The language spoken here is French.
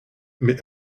mais